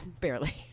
barely